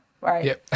right